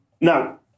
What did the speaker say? Now